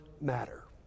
matter